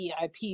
VIP